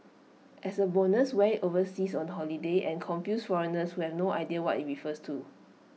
as A bonus wear IT overseas on holiday and confuse foreigners who have no idea what IT refers to